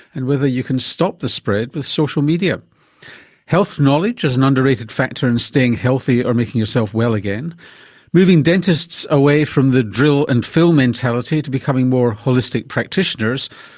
and whether you can stop the spread with social media health knowledge as an under-rated factor in staying healthy or making yourself well again moving dentists away from the drill-and-fill mentality to becoming more holistic practitioners,